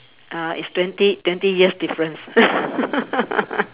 uh it's twenty twenty years difference